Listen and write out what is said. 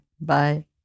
Bye